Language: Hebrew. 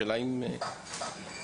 אבל השאלה אם נתקלתם למרות זאת.